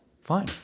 fine